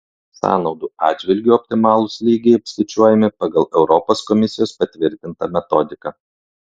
sąnaudų atžvilgiu optimalūs lygiai apskaičiuojami pagal europos komisijos patvirtintą metodiką